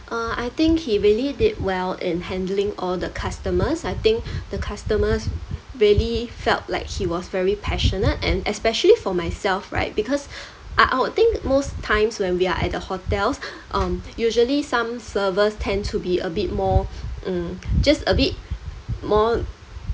uh I think he really did well in handling all the customers I think the customers really felt like he was very passionate and especially for myself right because I I would think most times when we are at the hotels um usually some servers tend to be a bit more mm just a bit more